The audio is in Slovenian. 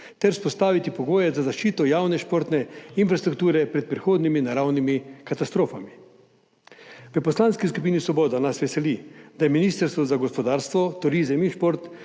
ter vzpostaviti pogoje za zaščito javne športne infrastrukture pred prihodnjimi naravnimi katastrofami. V Poslanski skupini Svoboda nas veseli, da je Ministrstvo za gospodarstvo, turizem in šport